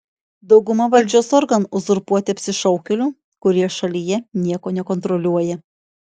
dauguma valdžios organų uzurpuoti apsišaukėlių kurie šalyje nieko nekontroliuoja